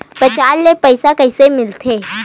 बजार ले पईसा कइसे मिलथे?